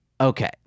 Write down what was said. Okay